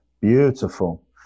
Beautiful